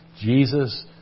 Jesus